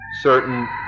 certain